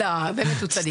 לא, באמת הוא צדיק.